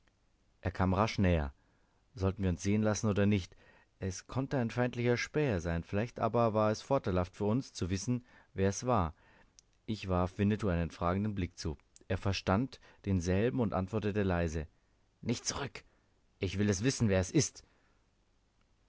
er kam rasch näher sollten wir uns sehen lassen oder nicht es konnte ein feindlicher späher sein vielleicht aber war es vorteilhaft für uns zu wissen wer er war ich warf winnetou einen fragenden blick zu er verstand denselben und antwortete leise nicht zurück ich will wissen wer er ist